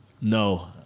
No